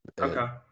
okay